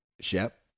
Shep